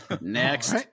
next